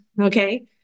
okay